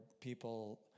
people